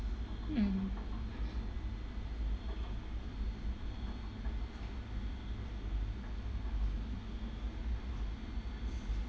mm